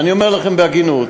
אני אומר לכם בהגינות,